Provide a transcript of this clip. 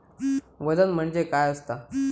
वजन म्हणजे काय असता?